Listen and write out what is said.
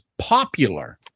popular